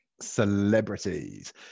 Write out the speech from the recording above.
celebrities